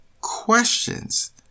questions